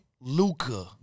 Luca